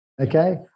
Okay